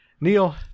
neil